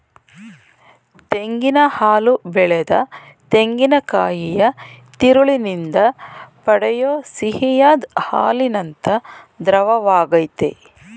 ತೆಂಗಿನ ಹಾಲು ಬೆಳೆದ ತೆಂಗಿನಕಾಯಿಯ ತಿರುಳಿನಿಂದ ಪಡೆಯೋ ಸಿಹಿಯಾದ್ ಹಾಲಿನಂಥ ದ್ರವವಾಗಯ್ತೆ